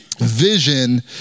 vision